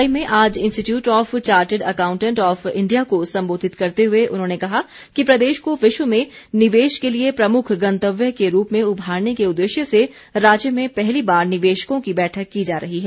Dubai में आज institute of chartered accountant of India को संबोधित करते हुए उन्होंने कहा कि प्रदेश को विश्व में निवेश के लिए प्रमूख गंतव्य के रूप में उभारने के उद्देश्य से राज्य में पहली बार निवेशकों की बैठक की जा रही है